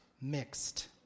mixed